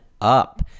up